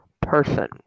person